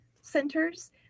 centers